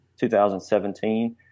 2017